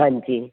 ਹਾਂਜੀ